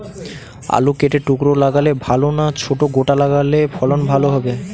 আলু কেটে টুকরো লাগালে ভাল না ছোট গোটা লাগালে ফলন ভালো হবে?